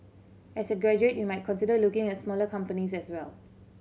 as a graduate you might consider looking at smaller companies as well